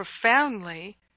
profoundly